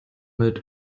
mit